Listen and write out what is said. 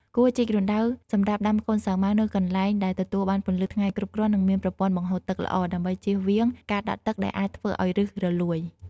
គួរជីករណ្ដៅសម្រាប់ដាំកូនសាវម៉ាវនៅកន្លែងដែលទទួលបានពន្លឺថ្ងៃគ្រប់គ្រាន់ និងមានប្រព័ន្ធបង្ហូរទឹកល្អ ដើម្បីចៀសវាងការដក់ទឹកដែលអាចធ្វើឲ្យឫសរលួយ។